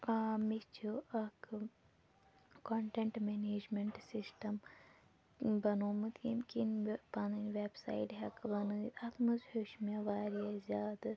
آ مےٚ چھُ اَکھ کۄنٹیٚنٛٹ مَنیجمیٚنٛٹ سِسٹَم بَنوومُت ییٚمہِ کِنۍ بہٕ پَنٕنۍ ویٚب سایٹ ہیٚکہٕ بَنٲیِتھ اَتھ منٛز ہیٛوچھ مےٚ واریاہ زیادٕ